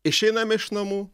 išeiname iš namų